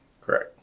Correct